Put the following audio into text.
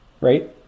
right